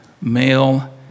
Male